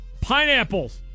pineapples